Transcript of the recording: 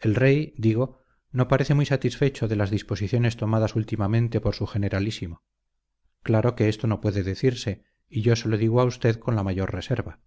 el rey digo no parece muy satisfecho de las disposiciones tomadas últimamente por su generalísimo claro que esto no puede decirse y yo se lo digo a usted con la mayor reserva